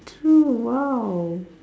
true !wow!